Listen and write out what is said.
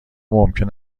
ممکن